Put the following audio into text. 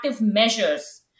measures